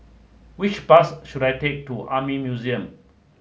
which bus should I take to Army Museum